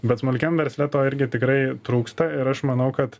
bet smulkiam versle to irgi tikrai trūksta ir aš manau kad